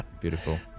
beautiful